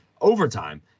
overtime